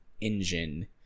engine